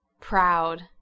Proud